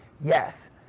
Yes